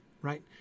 right